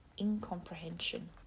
incomprehension